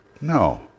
no